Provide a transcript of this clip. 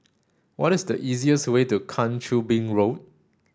what is the easiest way to Kang Choo Bin Road